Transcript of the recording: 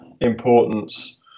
importance